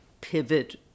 pivot